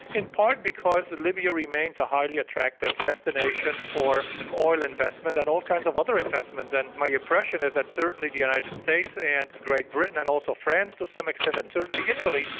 in part because libya remains a highly attractive destination for oil investment and all kinds of other investments, and my impression is that certainly the united states and great britain and also france to some extent, and certainly italy,